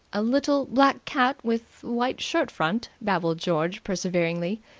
a little black cat with white shirt-front, babbled george perseveringly.